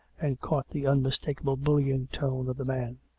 and caught the unmistakable bullying tone of the man.